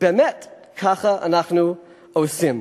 באמת ככה אנחנו עושים.